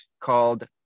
called